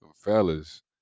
Fellas